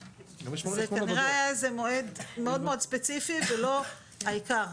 זה כנראה היה מועד מאוד מאוד ספציפי ולא העיקר.